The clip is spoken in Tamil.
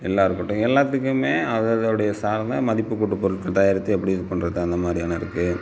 எள்ளாக இருக்கட்டும் எல்லாத்துக்குமே அதுததுடைய சார்ந்த மதிப்பு கூட்டு பொருட்கள் தயாரித்து எப்படி இது பண்ணுறது அந்த மாதிரியான இருக்குது